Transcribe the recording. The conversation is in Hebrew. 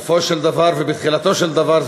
בסופו של דבר ובתחילתו של דבר,